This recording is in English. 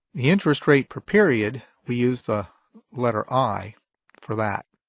interest rate per period, we use the letter i for that,